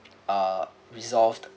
uh resolved